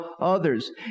others